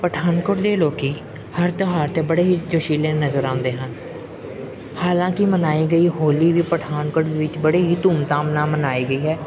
ਪਠਾਨਕੋਟ ਦੇ ਲੋਕ ਹਰ ਤਿਉਹਾਰ 'ਤੇ ਬੜੇ ਹੀ ਜੋਸ਼ੀਲੇ ਨਜ਼ਰ ਆਉਂਦੇ ਹਨ ਹਾਲਾਂਕਿ ਮਨਾਏ ਗਈ ਹੋਲੀ ਵੀ ਪਠਾਨਕੋਟ ਵਿੱਚ ਬੜੇ ਹੀ ਧੂਮ ਧਾਮ ਨਾਲ ਮਨਾਈ ਗਈ ਹੈ